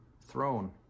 throne